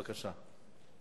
בבקשה.